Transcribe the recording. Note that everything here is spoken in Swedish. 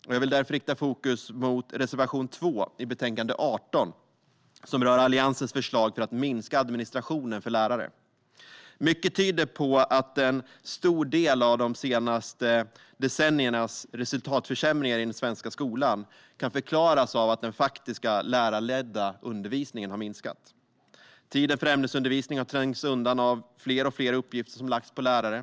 Jag vill därför rikta fokus mot reservation 2 i betänkande UbU18, som rör Alliansens förslag för att minska administrationen för lärare. Mycket tyder på att en stor del av de senaste decenniernas resultatförsämringar i den svenska skolan kan förklaras av att den faktiska, lärarledda, undervisningen har minskat. Tiden för ämnesundervisning har trängts undan av fler och fler uppgifter som har lagts på lärare.